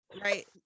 right